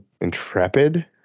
Intrepid